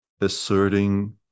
asserting